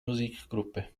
musikgruppe